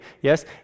yes